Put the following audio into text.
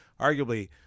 arguably